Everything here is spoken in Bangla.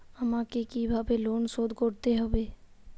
আমাকে কিভাবে লোন শোধ করতে হবে?